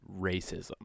racism